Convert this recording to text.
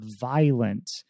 violent